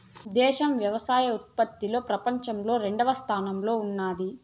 దేశం వ్యవసాయ ఉత్పత్తిలో పపంచంలో రెండవ స్థానంలో ఉన్నాది